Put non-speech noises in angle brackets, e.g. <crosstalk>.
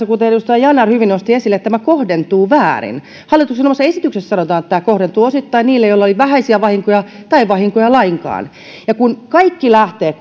<unintelligible> kuten edustaja yanar hyvin nosti esille tämä kohdentuu väärin hallituksen omassa esityksessä sanotaan että tämä kohdentuu osittain niille joilla oli vähäisiä vahinkoja tai ei vahinkoja lainkaan kun kaikki lähtee <unintelligible>